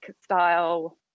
style